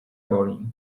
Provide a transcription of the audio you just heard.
boli